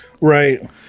Right